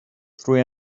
through